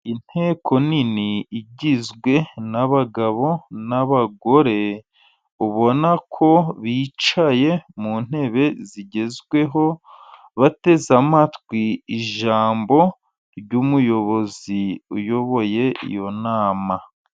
Inteko nini igizwe n' abagabo, n' abagore ubona ko bicaye mu ntebe zigezweho bateze amatwi ijambo ry' umuyobozi uyoboye iyo nama.